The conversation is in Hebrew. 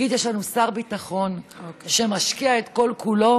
יש לנו שר ביטחון שמשקיע את כל-כולו?